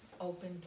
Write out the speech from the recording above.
open